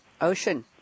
Ocean